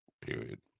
period